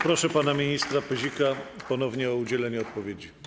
Proszę pana ministra Pyzika ponownie o udzielenie odpowiedzi.